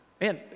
man